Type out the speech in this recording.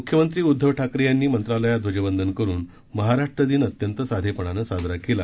मुख्यमंत्री उद्धव ठाकरे यांनी मंत्रालयात ध्वजवंदन करून महाराष्ट्र दिन अत्यंत साधेपणाने साजरा केला